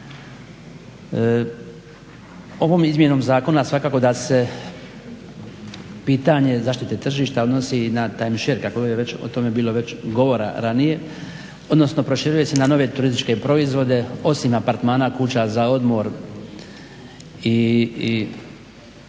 Ovom izmjenom zakona svakako da se pitanje zaštite tržišta odnosi i na time share kako je o tome već bilo govora ranije odnosno proširuje se na nove turističke proizvode osim apartmana, kuća za odmor i